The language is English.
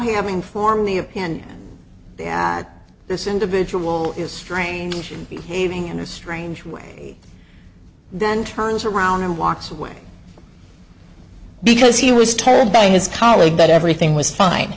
having formed the opinion this individual is strange behaving in a strange way then turns around and walks away because he was told by his colleague that everything was fine